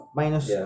minus